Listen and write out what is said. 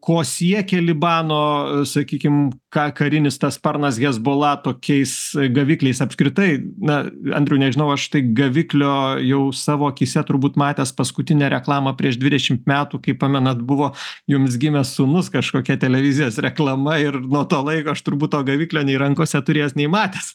ko siekė libano sakykim ka karinis tas sparnas hezbola tokiais gavikliais apskritai na andriau nežinau aš tai gaviklio jau savo akyse turbūt matęs paskutinę reklamą prieš dvidešimt metų kai pamenat buvo jums gimė sūnus kažkokia televizijos reklama ir nuo to laiko aš turbūt to gaviklio nei rankose turėjęs nei matęs